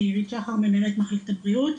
אני עירית שחר מנהלת מחלקת הבריאות,